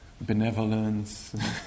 benevolence